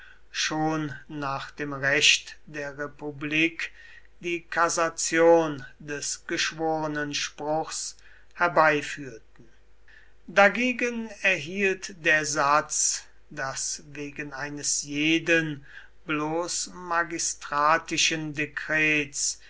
schon nach dem recht der republik die kassation des geschworenenspruchs herbeiführten dagegen erhielt der satz daß wegen eines jeden bloß magistratischen dekrets